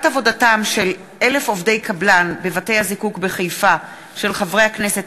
בפרשת "איי.די.בי"; בהצעה של חברי הכנסת